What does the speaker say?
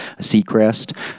Seacrest